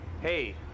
Hey